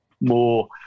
more